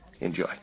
enjoy